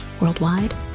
Worldwide